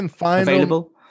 available